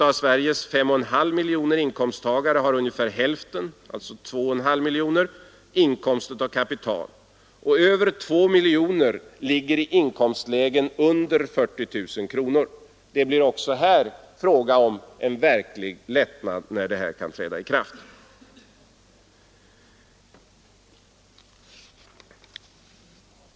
Av Sveriges 5,5 miljoner inkomsttagare har ungefär hälften — 2,5 miljoner — inkomst av kapital. Över 2 miljoner av dessa ligger i inkomstlägen under 40 000 kronor. Det är också här fråga om en verklig lättnad när denna avdragsrätt kan träda i kraft.